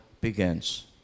begins